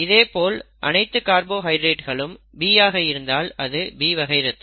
இதேபோல் அனைத்து கார்போஹைட்ரேட்களும் B ஆக இருந்தால் அது B வகை ரத்தம்